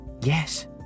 Yes